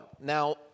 Now